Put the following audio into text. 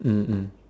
mmhmm